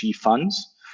funds